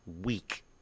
week